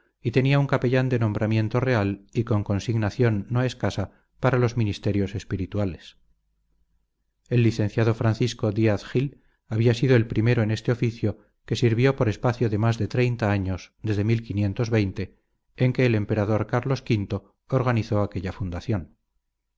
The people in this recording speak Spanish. y tenía un capellan de nombramiento real y con consignación no escasa para los ministerios espirituales el licenciado francisco díaz gil había sido el primero en este oficio que sirvió por espacio de más de treinta años desde en que el emperador carlos v organizó aquella fundación